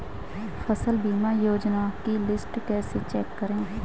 फसल बीमा योजना की लिस्ट कैसे चेक करें?